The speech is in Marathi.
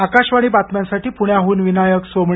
आकाशवाणी बातम्यांसाठी पुण्याहून विनायक सोमणी